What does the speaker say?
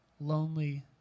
Lonely